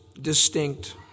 distinct